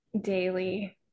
daily